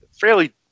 fairly